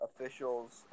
officials